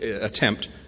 attempt